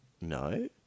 No